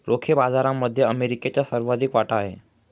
रोखे बाजारामध्ये अमेरिकेचा सर्वाधिक वाटा आहे